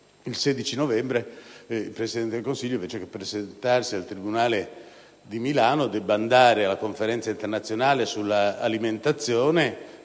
il 16 novembre prossimo il Presidente del Consiglio, piuttosto che presentarsi al tribunale di Milano, dovrà andare alla Conferenza internazionale sull'alimentazione